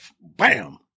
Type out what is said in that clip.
bam